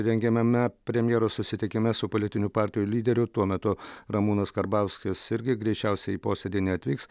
rengiamame premjero susitikime su politinių partijų lyderių tuo metu ramūnas karbauskis irgi greičiausiai į posėdį neatvyks